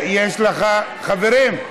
חברים,